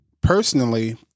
personally